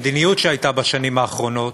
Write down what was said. המדיניות שהייתה בשנים האחרונות,